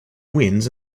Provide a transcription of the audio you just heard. wins